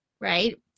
right